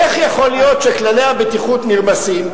איך יכול להיות שכללי הבטיחות נרמסים?